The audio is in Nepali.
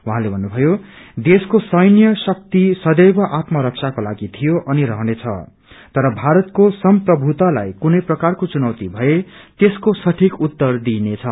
उहाँले भन्नुभयो देशको सैन्य शक्ति सदैव आत्म रक्षाको लागि थियो अनि रहनेछ तर भारतको संप्रभुतालाई कुनै प्रकारको चुनौती भए त्यसको सठिक उत्तर दिइनेछ